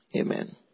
amen